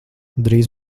drīz